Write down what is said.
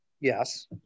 Yes